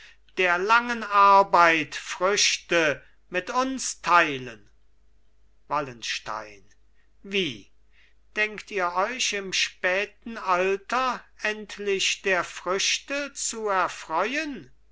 der langen arbeit früchte mit uns teilen wallenstein wie denkt ihr euch im späten alter endlich der früchte zu erfreuen